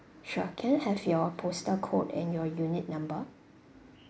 sure can I have your postal code and your unit number